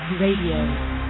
Radio